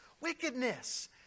wickedness